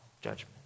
judgment